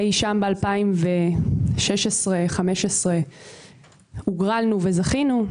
אי שם ב-2015-2016 הוגרלנו וזכינו,